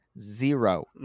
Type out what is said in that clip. Zero